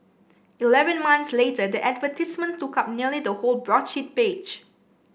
eleven months later the advertisement took up nearly the whole broadsheet page